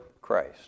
Christ